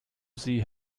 sie